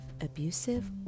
abusive